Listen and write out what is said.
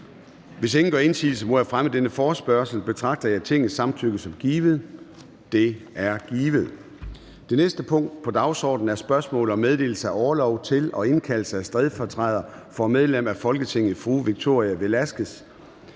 Hvis ingen gør indsigelse mod fremme af denne forespørgsel, betragter jeg Tingets samtykke som givet. Det er givet. --- Det næste punkt på dagsordenen er: 2) Spørgsmål om meddelelse af orlov til og indkaldelse af stedfortræder for medlem af Folketinget Victoria Velasquez